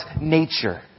nature